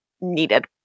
Needed